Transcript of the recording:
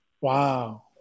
Wow